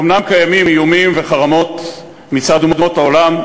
אומנם קיימים איומים וחרמות מצד אומות העולם,